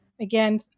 again